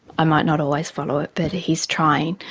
i might not always follow it, but he's trying,